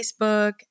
Facebook